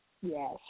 Yes